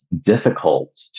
difficult